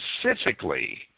specifically